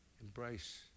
Embrace